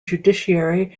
judiciary